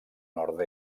nord